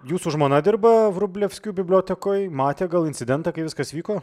jūsų žmona dirba vrublevskių bibliotekoj matė gal incidentą kai viskas vyko